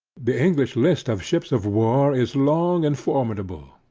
the english list of ships of war, is long and formidable,